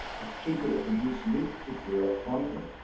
it's cheaper to produce news, particularly electronically.